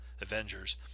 Avengers